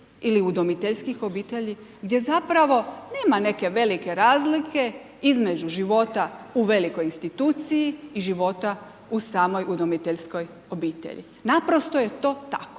ili udomiteljskih obitelji, gdje zapravo nema neke velike razlike između života u velikoj instituciji i života u samoj udomiteljskoj obitelji. Naprosto je to tako